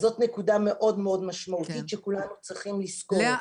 אז זאת נקודה מאוד משמעותית שכולנו צריכים לזכור אותה.